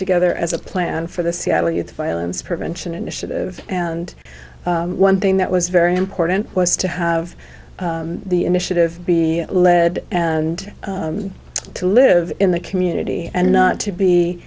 together as a plan for the seattle youth violence prevention initiative and one thing that was very important was to have the initiative be led and to live in the community and not to be